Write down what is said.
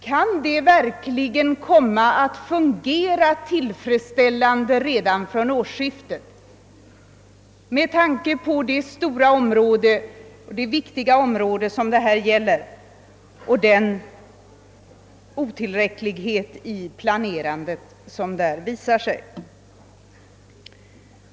Kan det verkligen komma att fungera tillfredsställande redan från årsskiftet, med tanke på det stora och viktiga område som det här gäller och den otillräcklighet i planerandet som nu visar sig?